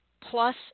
plus